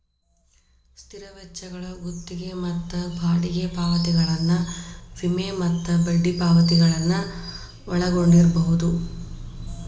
ಸ್ಥಿರ ವೆಚ್ಚಗಳು ಗುತ್ತಿಗಿ ಮತ್ತ ಬಾಡಿಗಿ ಪಾವತಿಗಳನ್ನ ವಿಮೆ ಮತ್ತ ಬಡ್ಡಿ ಪಾವತಿಗಳನ್ನ ಒಳಗೊಂಡಿರ್ಬಹುದು